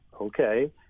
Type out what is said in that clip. okay